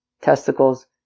testicles